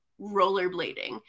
rollerblading